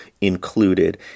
included